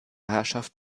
herrschaft